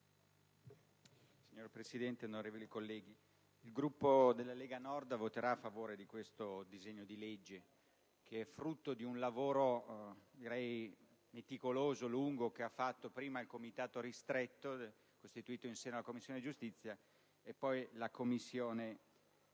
il Gruppo della Lega Nord voterà a favore di questo disegno di legge, frutto di un lavoro meticoloso, lungo, svolto prima dal Comitato ristretto costituito in seno alla Commissione giustizia e poi dalla Commissione